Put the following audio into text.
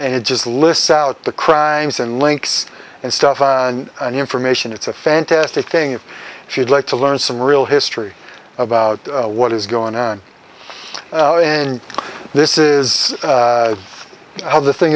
and it just listen to the crimes and links and stuff and information it's a fantastic thing if she'd like to learn some real history about what is going on and this is how the thing